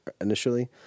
initially